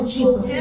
Jesus